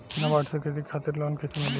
नाबार्ड से खेती खातिर लोन कइसे मिली?